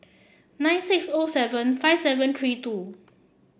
nine six O seven five seven three two